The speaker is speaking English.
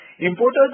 Importers